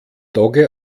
dogge